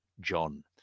john